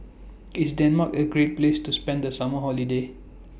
IS Denmark A Great Place to spend The Summer Holiday